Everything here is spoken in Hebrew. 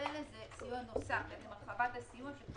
כל אלה זה סיוע נוסף, הרחבת הסיוע.